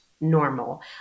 normal